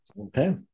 Okay